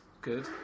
Good